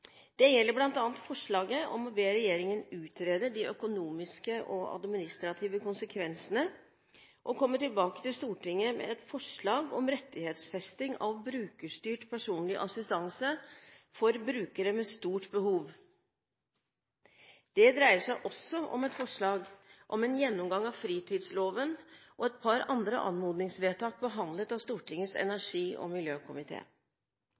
Det gjelder bl.a. forslaget om å be regjeringen utrede de økonomiske og administrative konsekvensene og komme tilbake til Stortinget med et forslag om rettighetsfesting av brukerstyrt personlig assistanse for brukere med stort behov. Det dreier seg også om et forslag om en gjennomgang av friluftsloven og et par andre anmodningsforslag behandlet av Stortingets